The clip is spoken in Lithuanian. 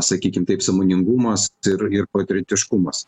sakykim taip sąmoningumas ir ir patriotiškumas